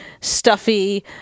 stuffy